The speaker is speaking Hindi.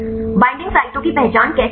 बईंडिंग साइटों की पहचान कैसे करें